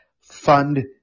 Fund